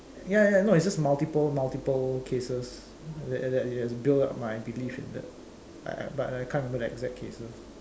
ya ya you no it's just multiple multiple cases that that has built up my belief in that but I I can't remember the exact cases